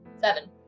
Seven